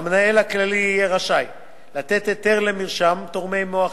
שהמנהל הכללי יהיה רשאי לתת היתר למרשם תורמי מוח